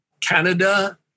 Canada